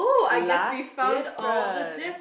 last different